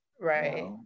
right